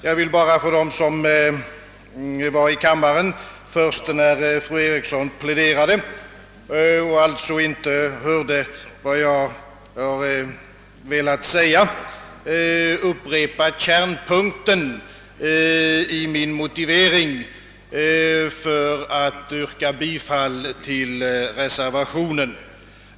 Jag vill bara för dem, som var i kammaren först när fru Eriksson pläderade och alltså inte hörde vad jag ville säga, upprepa kärnpunkten i min motivering för bifall till reservationen.